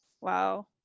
Wow